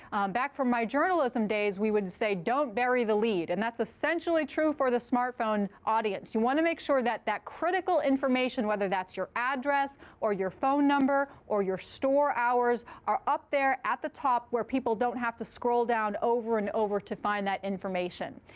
back from my journalism days, we would say don't bury the lead. and that's essentially true for the smartphone audience. you want to make sure that that critical information, whether that's your address or your phone number or your store hours, are up there at the top where people don't have to scroll down over and over to find that information.